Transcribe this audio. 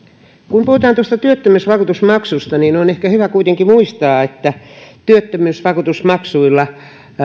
kun puhutaan työttömyysvakuutusmaksusta niin on ehkä hyvä kuitenkin muistaa että työttömyysvakuutusmaksuilla